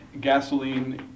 gasoline